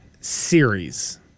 series